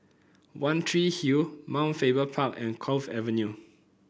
One Tree Hill Mount Faber Park and Cove Avenue